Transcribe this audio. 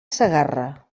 segarra